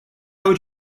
would